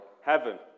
Heaven